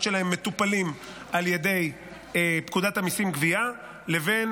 שלהם מטופלים על ידי פקודת המיסים (גבייה) לבין